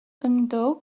ydw